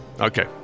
okay